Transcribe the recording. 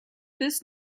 this